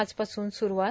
आजपासून सुरूवात